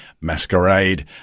masquerade